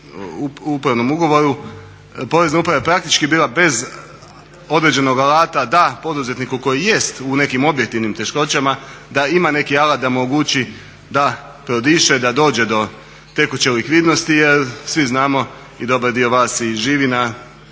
o upravnom ugovoru Porezna uprava je praktički bila bez određenog alata. Da, poduzetniku koji jest u nekim objektivnim teškoćama da ima neki alat da omogući da prodiše, da dođe do tekuće likvidnosti jer svi znamo i dobar dio vas i živi na